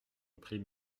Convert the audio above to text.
reprit